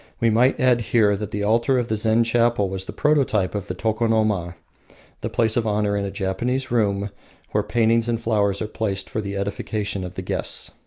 we might add here that the altar of the zen chapel was the prototype of the tokonoma the place of honour in a japanese room where paintings and flowers are placed for the edification of the guests.